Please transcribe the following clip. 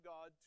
God